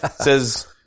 Says